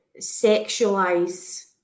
sexualize